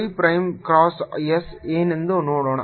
phi prime cross s ಏನೆಂದು ನೋಡೋಣ